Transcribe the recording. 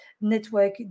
network